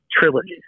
trilogy